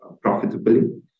profitably